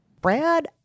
Brad